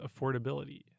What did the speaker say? affordability